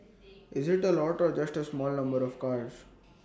is IT A lot or just A small number of cars